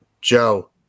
Joe